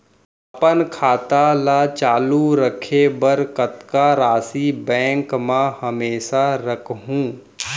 अपन खाता ल चालू रखे बर कतका राशि बैंक म हमेशा राखहूँ?